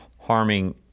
Harming